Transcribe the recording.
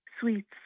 sweets